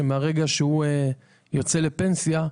שמרגע שהוא יוצא לפנסיה,